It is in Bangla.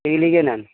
নেন